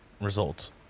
results